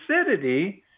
acidity